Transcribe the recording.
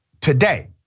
today